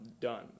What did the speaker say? done